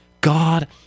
God